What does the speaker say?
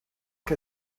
que